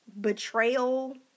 betrayal